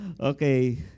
Okay